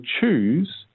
choose